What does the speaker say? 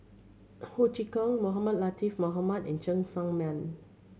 Ho Chee Kong Mohamed Latiff Mohamed and Cheng Sang Man